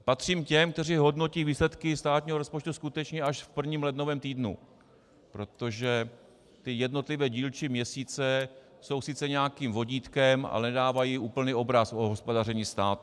Patřím k těm, kteří hodnotí výsledky státního rozpočtu skutečně až v prvním lednovém týdnu, protože jednotlivé dílčí měsíce jsou sice nějakým vodítkem, ale nedávají úplný obraz o hospodaření státu.